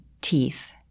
teeth